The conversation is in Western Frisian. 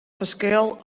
ferskil